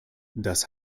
das